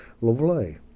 Lovely